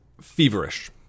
feverish